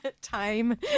Time